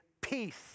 Peace